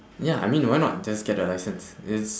ya I mean why not just get the licence it's